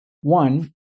One